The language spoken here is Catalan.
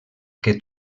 que